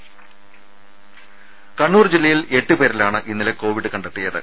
രുദ കണ്ണൂർ ജില്ലയിൽ എട്ട് പേരിലാണ് ഇന്നലെ കോവിഡ് കണ്ടെത്തിയത്